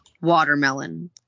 watermelon